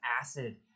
acid